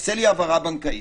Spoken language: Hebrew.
תעשה לי העברה בנקאית,